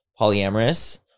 polyamorous